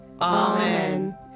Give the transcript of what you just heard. Amen